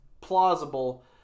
plausible